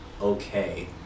okay